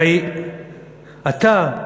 הרי אתה,